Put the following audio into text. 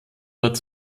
dort